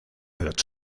hört